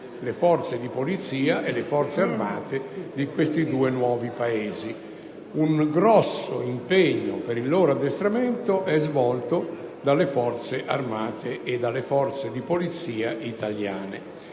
le forze di polizia e le Forze armate di questi due nuovi Paesi. Un grosso impegno per il loro addestramento è svolto dalle Forze armate e dalle forze di polizia italiane.